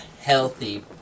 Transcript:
healthy